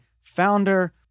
founder